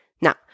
Now